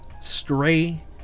Stray